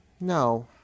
no